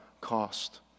cost